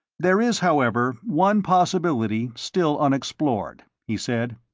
there is however, one possibility still unexplored, he said.